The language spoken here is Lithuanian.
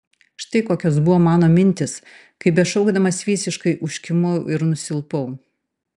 štai kokios buvo mano mintys kai bešaukdamas visiškai užkimau ir nusilpau